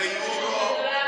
ביורו,